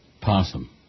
possum